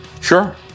Sure